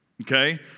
okay